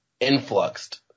influxed